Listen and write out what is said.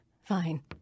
fine